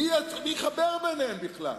מי יחבר ביניהם בכלל?